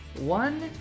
one